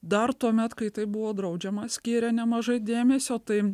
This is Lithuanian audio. dar tuomet kai tai buvo draudžiama skiria nemažai dėmesio taim